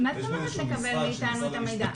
-- מה זאת אומרת לקבל מאיתנו את המידע?